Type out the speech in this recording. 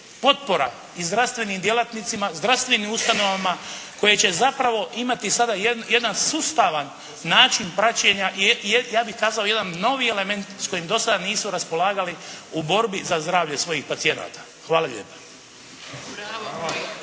potpora i zdravstvenim djelatnicima, zdravstvenim ustanovama koje će zapravo imati sada jedan sustavan način praćenja i ja bih kazao jedan novi element s kojim do sada nisu raspolagali u borbi za zdravlje svojih pacijenata. Hvala lijepa.